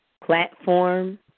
platform